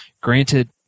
granted